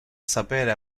sapere